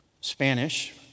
Spanish